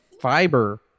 Fiber